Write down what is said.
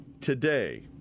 today